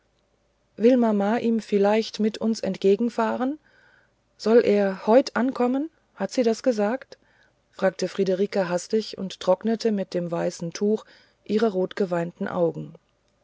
will mama ihm vielleicht mit uns entgegenfahren soll er heut ankommen hat sie etwas gesagt fragte friederike hastig und trocknete mit dem weißen tuche ihre rotgeweinten augen